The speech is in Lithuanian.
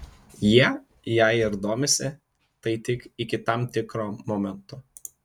jie jei ir domisi tai tik iki tam tikro momento